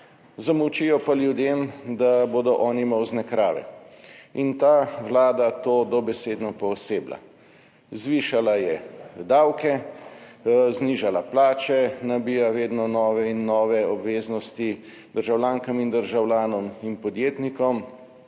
zamolčijo pa ljudem, da bodo oni molzne krave. In ta Vlada to dobesedno pooseblja; zvišala je davke, znižala plače, nabija vedno nove in nove obveznosti državljankam in državljanom in podjetnikom,